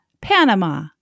Panama